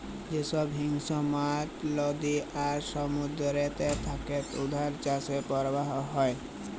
যে ছব হিংস্র মাছ লদী আর সমুদ্দুরেতে থ্যাকে উয়াদের চাষের পরভাব হ্যয়